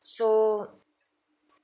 so